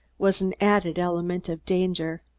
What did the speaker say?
was an added element of danger.